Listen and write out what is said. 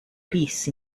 peace